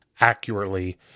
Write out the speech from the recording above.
accurately